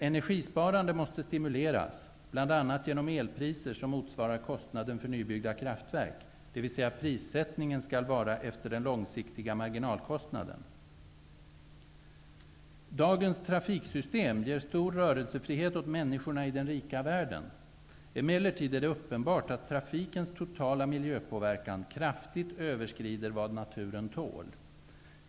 Energisparande måste stimuleras, bl.a. genom elpriser som motsvarar kostnaden för nybyggda kraftverk, dvs. prissättningen skall göras efter den långsiktiga marginalkostnaden. Dagens trafiksystem ger stor rörelsefrihet åt människorna i den rika världen. Emellertid är det uppenbart att trafikens totala miljöpåverkan kraftigt överskrider vad naturen tål.